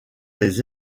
les